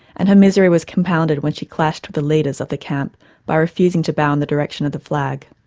and her misery was compounded when she clashed with the leaders of the camp by refusing to bow in the direction of the flag.